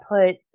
put